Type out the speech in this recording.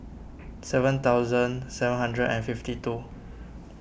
seven thousand seven hundred and fifty two